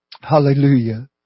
Hallelujah